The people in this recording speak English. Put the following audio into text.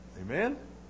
Amen